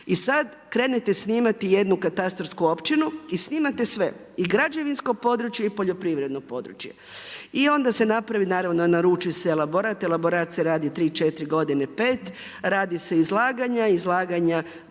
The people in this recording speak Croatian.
I sada krenete snimati jednu katastarsku općinu i snimate sve i građevinsko područje i poljoprivredno područje. I onda se napravi, naravno naruči se elaborat i elaborat se radi 3, 4 godine, 5, radi se izlaganja, izlaganja traju